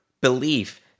belief